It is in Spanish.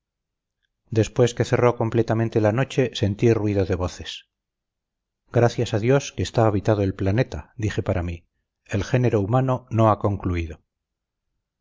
después que cerró completamente la noche sentí ruido de voces gracias a dios que está habitado el planeta dije para mí el género humano no ha concluido